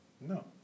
No